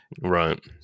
Right